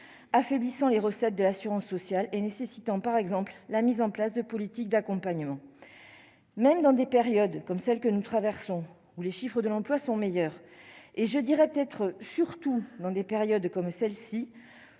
affaiblissant les recettes de l'assurance sociale et nécessitant par exemple la mise en place de politiques d'accompagnement, même dans des périodes comme celle que nous traversons, où les chiffres de l'emploi sont meilleures, et je dirais peut-être surtout dans des périodes comme celle-ci,